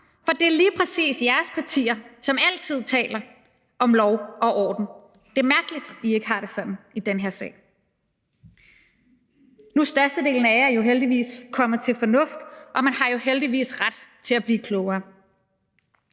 for det er lige præcis jeres partier, som altid taler om lov og orden. Det er mærkeligt, I ikke har det sådan i den her sag. Nu er størstedelen af jer heldigvis kommet til fornuft, og man har jo heldigvis ret til at blive klogere.